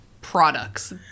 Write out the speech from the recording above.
products